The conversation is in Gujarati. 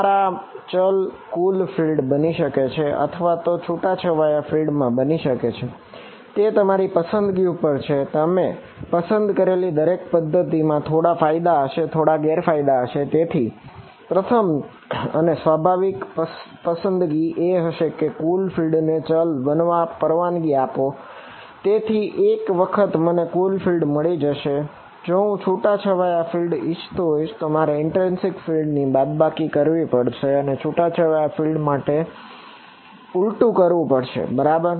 તમારા ચલ કુલ ફિલ્ડ ની બાદબાકી કરવી પડશે અને છુટા છવાયા ફિલ્ડ માટે ઉલટું કરવું પડશે બરાબર